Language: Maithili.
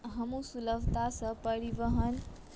हमहुँ सुलभतासँ परिवहन